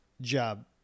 job